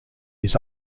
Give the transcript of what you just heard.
his